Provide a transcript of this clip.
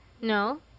No